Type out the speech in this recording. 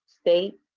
state